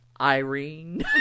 Irene